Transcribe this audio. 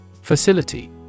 Facility